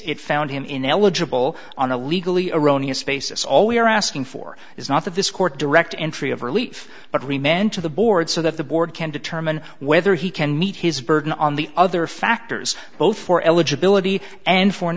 it found him ineligible on a legally erroneous this all we are asking for is not that this court direct entry of relief but remained to the board so that the board can determine whether he can meet his burden on the other factors both for eligibility and for an